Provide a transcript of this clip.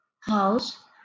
house